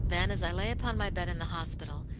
then as i lay upon my bed in the hospital,